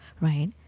right